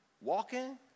walking